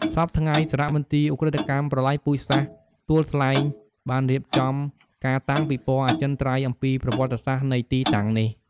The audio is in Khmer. សព្វថ្ងៃ សារមន្ទីរឧក្រិដ្ឋកម្មប្រល័យពូជសាសន៍ទួលស្លែង បានរៀបចំការតាំងពិព័រណ៍អចិន្ត្រៃយ៍អំពីប្រវត្តិសាស្ត្រនៃទីតាំងនេះ។